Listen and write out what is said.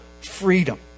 freedom